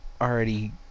already